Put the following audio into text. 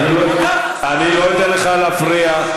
לא, אני לא אתן לך להפריע.